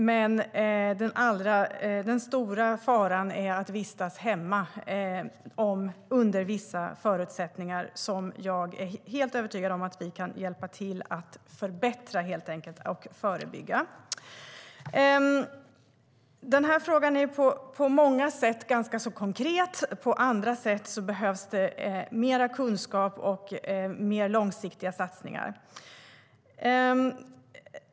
Men den stora faran är att vistas hemma under vissa förutsättningar, som jag är helt övertygad om att vi kan hjälpa till att förbättra genom att förebygga. Den här frågan är på många sätt ganska konkret. På andra sätt behövs mer kunskap och mer långsiktiga satsningar.